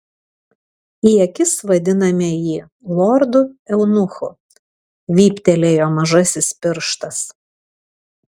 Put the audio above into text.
į akis vadiname jį lordu eunuchu vyptelėjo mažasis pirštas